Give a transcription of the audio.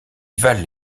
valent